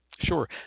Sure